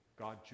God